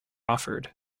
offered